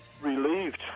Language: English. relieved